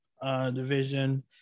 Division